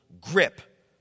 grip